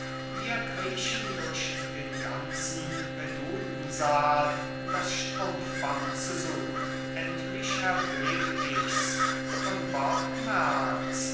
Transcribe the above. kammerjunker wir kriechen durch den ganzen redoutensaal das strumpfband zu suchen endlich erblick ichs von bock